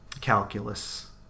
calculus